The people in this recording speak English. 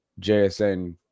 jsn